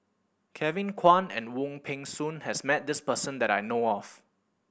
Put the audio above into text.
Kevin Kwan and Wong Peng Soon has met this person that I know of